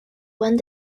one